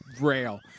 rail